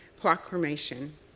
Proclamation